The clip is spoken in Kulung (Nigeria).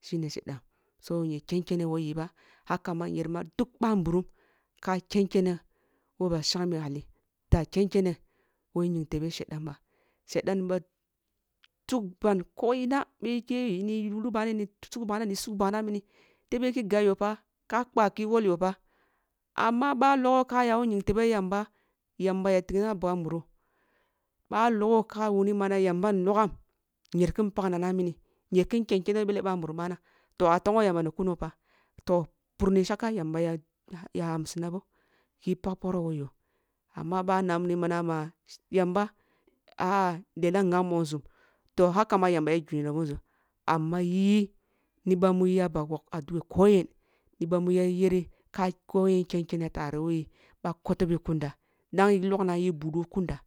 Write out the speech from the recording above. Shine shedan so nye ken kene woh yi ba haka ma nyer ma duk bahnburum ka ken kene woh ba shangme hali da ken kene woh nying tebe shadan ba shedan ni ba tuk ban ko’ina bih ikeh ni yi yugli bani ni sug bana ni sug bana mini tebe ki gab yo fe ka kpa ke wol yoh fa ama ъah logho ka ya woh nying tebe yamba-yam ya tigna boh muro ba logho ka wum mana yamba nlogham nyer kin pag nana mini nyer kin ken kene woh bele bah nburum ъana tok ah tongho yamba ni kuno fa to pur no shaka yamba ya-ya amoinabo ki pug poroh woh yoh ama ba na mi ma na ma yamba ah lela nghambo nzum toh haka ma yamba ya juyi nabe nzum amma yi ni ъamu yaba wog addu’a ko yen ki ъah mu ya year kin ke kene tare woh yi boh a koto bi kunda dang ya logna yi budu kunda